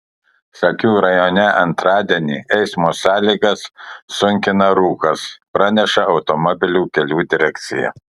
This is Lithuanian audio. šakių rajone antradienį eismo sąlygas sunkina rūkas praneša automobilių kelių direkcija